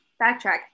backtrack